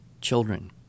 children